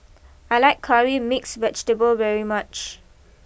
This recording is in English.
I like Curry Mixed Vegetable very much